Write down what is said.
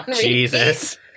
Jesus